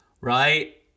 right